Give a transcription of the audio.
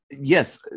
Yes